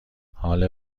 حال